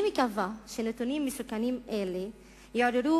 אני מקווה שנתונים מסוכנים אלה יעוררו